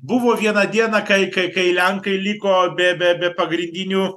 buvo viena diena kai kai kai lenkai liko be be be pagrindinių